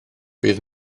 bydd